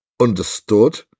understood